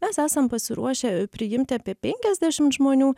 mes esam pasiruošę priimti apie penkiasdešimt žmonių